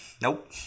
nope